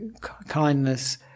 kindness